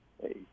hey